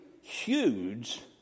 huge